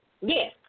Yes